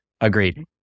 Agreed